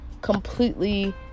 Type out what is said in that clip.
completely